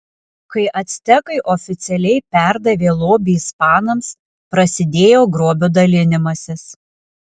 kai actekai oficialiai perdavė lobį ispanams prasidėjo grobio dalinimasis